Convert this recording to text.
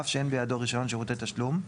אף שאין בידו רישיון שירותי תשלום,